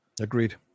agreed